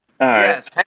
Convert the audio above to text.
Yes